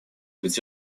быть